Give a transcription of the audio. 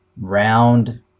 round